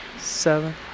seven